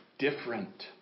different